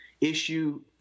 issue